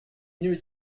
mieux